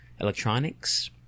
Electronics